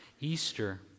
Easter